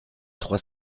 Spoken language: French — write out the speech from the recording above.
trois